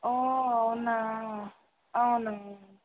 ఓ అవునా అవును